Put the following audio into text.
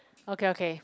okay okay